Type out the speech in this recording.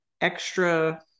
extra